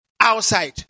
outside